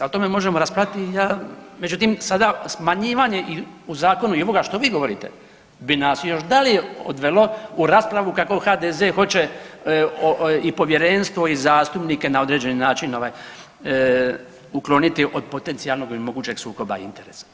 O tome možemo raspravljati i ja, međutim smanjivanje u zakonu i ovoga što vi govorite bi nas još dalje odvelo u raspravu kako HDZ hoće i povjerenstvo i zastupnike na određeni način ovaj ukloniti od potencijalnog i mogućeg sukoba interesa.